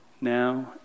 Now